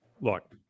look